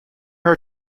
her